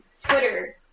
Twitter